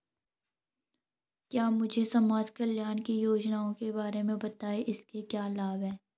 क्या मुझे समाज कल्याण की योजनाओं के बारे में बताएँगे इसके क्या लाभ हैं?